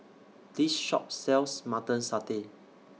Chilli Sauce Clams Gudeg Putih and Tau Huay